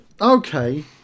Okay